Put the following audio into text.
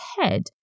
head